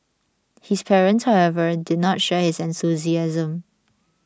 his parents however did not share his enthusiasm